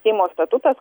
seimo statutas